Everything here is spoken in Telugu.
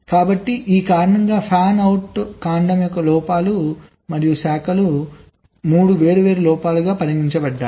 కాబట్టి ఈ కారణంగా ఫ్యాన్అవుట్ కాండం యొక్క లోపాలు మరియు శాఖలు 3 వేర్వేరు లోపాలుగా పరిగణించబడతాయి